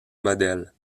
modèle